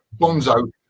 Bonzo